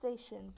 Station